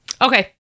Okay